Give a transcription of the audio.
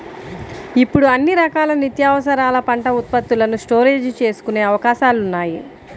ఇప్పుడు అన్ని రకాల నిత్యావసరాల పంట ఉత్పత్తులను స్టోరేజీ చేసుకునే అవకాశాలున్నాయి